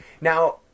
Now